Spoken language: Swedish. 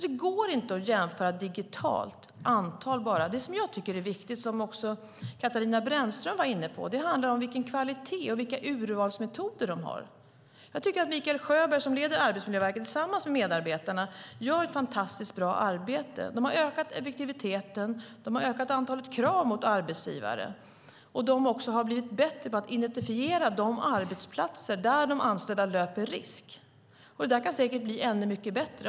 Det går alltså inte att jämföra digitalt, alltså bara antal. Vad jag tycker är viktigt, som också Katarina Brännström var inne på, är vilken kvalitet man har och vilka urvalsmetoder man använder. Jag tycker att Mikael Sjöberg, som leder Arbetsmiljöverket, tillsammans med medarbetarna gör ett fantastiskt bra arbete. De har ökat effektiviteten, de har ökat antalet krav mot arbetsgivare och de har också blivit bättre på att identifiera de arbetsplatser där de anställda löper risk att drabbas. Det där kan säkert bli ännu mycket bättre.